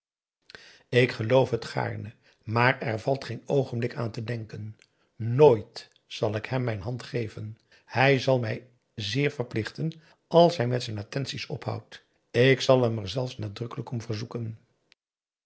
ik geloof het gaarne maar er valt geen oogenblik aan te denken nooit zal ik hem mijn hand geven hij zal mij zeer verplichten als hij met zijn attenties ophoudt ik zal hem er zelfs nadrukkelijk om verzoeken